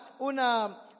una